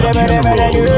general